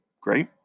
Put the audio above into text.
great